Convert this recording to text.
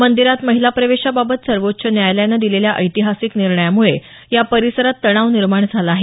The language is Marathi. मंदिरात महिला प्रवेशाबाबत सर्वोच्च न्यायालयानं दिलेल्या ऐतिहासिक निर्णयामुळे या परिसरात तणाव निर्माण झाला आहे